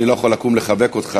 אני לא יכול לקום ולחבק אותך,